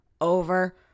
over